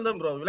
bro